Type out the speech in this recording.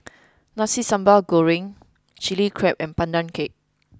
nasi sambal goreng chilli crab and pandan cake